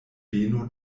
beno